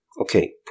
Okay